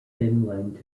finland